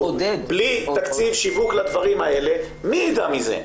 בלי תקציב שיווק לדברים האלה מי יידע את זה,